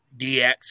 DX